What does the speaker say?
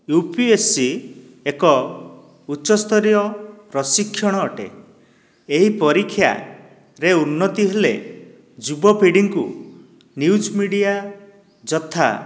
you P S C ଏକ ଉଚ୍ଚ ସ୍ତରୀୟ ପ୍ରଶିକ୍ଷଣ ଅଟେ ଏହି ପରୀକ୍ଷାରେ ଉନ୍ନତି ହେଲେ ଯୁବପିଢ଼ିଙ୍କୁ ନ୍ୟୁଜ୍ ମିଡ଼ିଆ ଯଥା